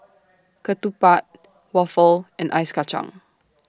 Ketupat Waffle and Ice Kachang